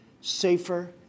safer